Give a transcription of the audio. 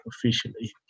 officially